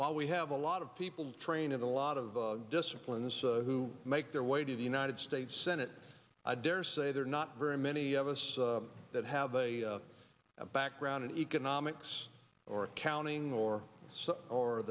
while we have a lot of people training a lot of disciplines who make their way to the united states senate i daresay they're not very many of us that have a background in economics or accounting or